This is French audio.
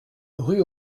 rue